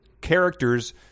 characters